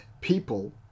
people